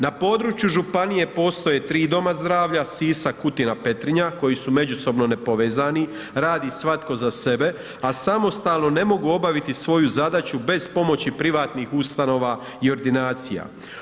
Na području županije postoje tri doma zdravlja, Sisak, Kutina, Petrinja koji su međusobno nepovezani, radi svatko za sebe, a samostalno ne mogu obaviti svoju zadaću bez pomoći privatnih ustanova i ordinacija.